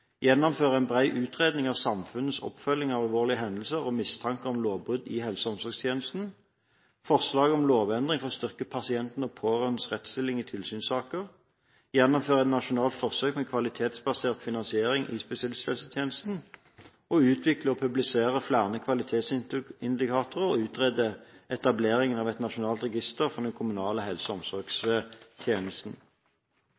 gjennomføre en bred utredning om samfunnets oppfølging av alvorlige hendelser og mistanke om lovbrudd i helse- og omsorgstjenesten forslag om lovendring for å styrke pasienter og pårørendes rettsstilling i tilsynssaker gjennomføre et nasjonalt forsøk med kvalitetsbasert finansiering i spesialisthelsetjenesten utvikle og publisere flere kvalitetsindikatorer og utrede etablering av et nasjonalt register for den kommunale helse- og